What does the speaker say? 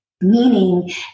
Meaning